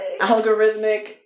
algorithmic